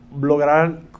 lograr